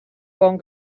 bon